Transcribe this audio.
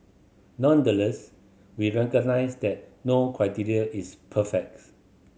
nonetheless we recognise that no criterion is perfects